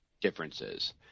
differences